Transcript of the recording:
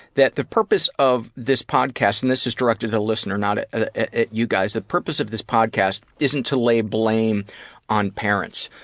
that the purpose of this podcast, and this is directed to the listener, not at ah at you guys, the purpose of this podcast isn't to lay blame on parents.